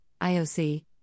IOC